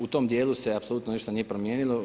U tom dijelu se apsolutno ništa nije promijenilo.